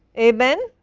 hey ben,